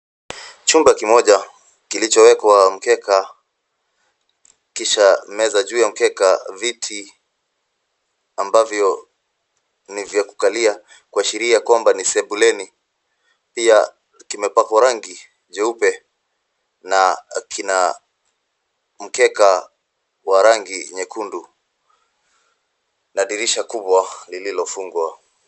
Chumba kimoja kilichowekwa mkeka kisha meza juu ya mkeka, viti ambavyo ni vya kukalia kuashiria kwamba ni sebuleni. Pia kimepakwa rangi jeupe na kina mkeka wa rangi nyekundu na dirisha kubwa lililofungwa .